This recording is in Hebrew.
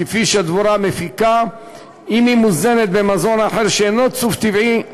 כפי שדבורה מפיקה אם היא מוזנת במזון אחר שאינו צוף טבעי.